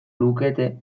lukete